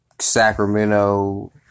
Sacramento